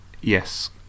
Yes